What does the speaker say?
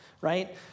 right